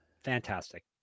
Fantastic